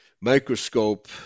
microscope